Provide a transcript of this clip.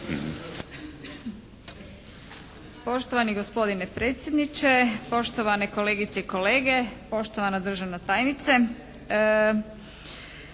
Poštovani gospodine predsjedniče, poštovane kolegice i kolege, poštovana državna tajnice.